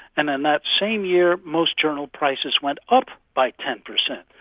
and in that same year most journal prices went up by ten percent.